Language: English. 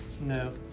No